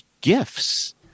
gifts